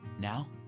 Now